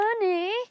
money